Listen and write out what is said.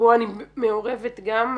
בו אני מעורבת גם.